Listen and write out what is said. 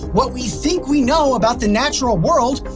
what we think we know about the natural world,